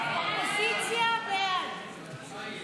ההסתייגויות לסעיף